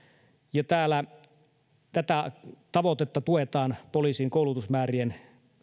tätä tavoitetta tuetaan poliisin koulutusmääriä